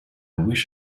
wish